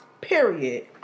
Period